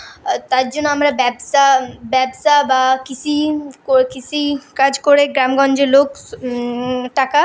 তার জন্য আমরা ব্যবসা ব্যবসা বা কৃষি কৃষিকাজ করে গামগঞ্জের লোক টাকা